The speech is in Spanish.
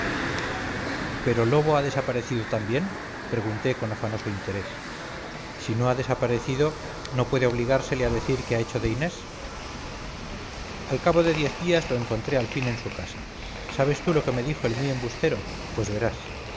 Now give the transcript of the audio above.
pero lobo ha desaparecido también pregunté con afanoso interés si no ha desaparecido no puede obligársele a decir qué ha hecho de inés al cabo de diez días lo encontré al fin en su casa sabes tú lo que me dijo el muy embustero pues verás